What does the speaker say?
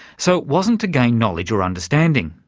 so it wasn't to gain knowledge or understanding.